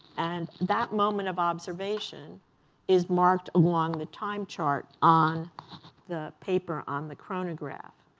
and that moment of observation is marked along the time chart on the paper on the chronograph.